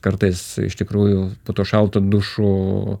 kartais iš tikrųjų po tuo šaltu dušu